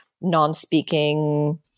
non-speaking